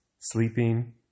sleeping